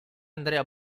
andrea